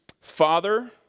Father